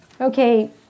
Okay